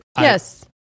yes